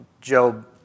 Job